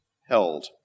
held